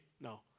No